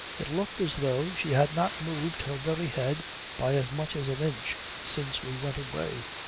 it looked as though she had not moved her very head by as much as an inch since we went away.